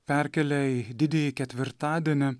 perkelia į didįjį ketvirtadienį